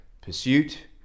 pursuit